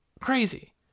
crazy